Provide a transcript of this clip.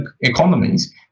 economies